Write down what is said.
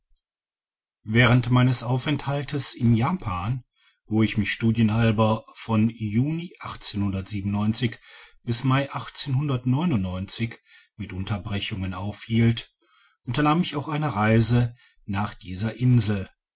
wahrend meines aufenthaltes in japan wo ich mich studienhalber von juni bis mai mit unterbrechungen aulhielt unternahm ich auch eine reise nach dieser insel